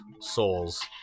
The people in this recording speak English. souls